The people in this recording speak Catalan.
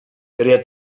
crea